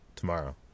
tomorrow